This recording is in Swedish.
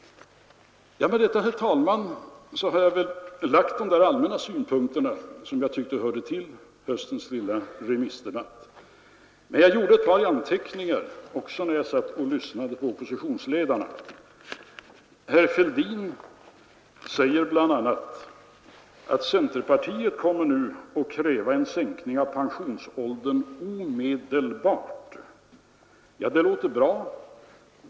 Med detta, herr talman, har jag väl anfört de allmänna synpunkter som jag tycker hör till höstens lilla remissdebatt. Men jag gjorde ett par anteckningar när jag lyssnade till oppositionsledarna. Herr Fälldin sade bl.a. att centerpartiet kommer att kräva en sänkning av pensionsåldern omedelbart. Det låter bra.